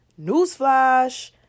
newsflash